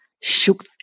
shook